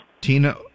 Tina